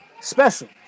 special